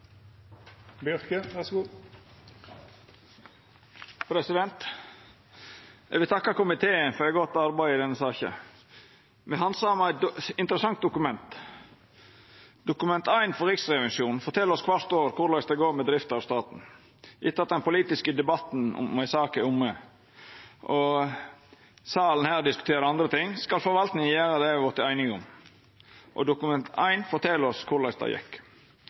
Eg vil takka komiteen for eit godt arbeid i denne saka. Me handsamar eit interessant dokument. Dokument 1 frå Riksrevisjonen fortel oss kvart år korleis det går med drifta av staten etter at den politiske debatten om ei sak er omme. Medan ein i salen her diskuterer andre ting, skal forvaltninga utføra det me er vortne einige om, og Dokument 1 fortel oss korleis det gjekk.